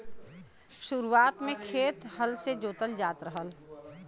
शुरुआत में खेत हल से जोतल जात रहल